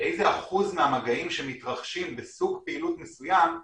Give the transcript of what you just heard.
ואותו דבר גם אין הבנה מספיק טובה של מה הם התסמינים שהם תסמינים של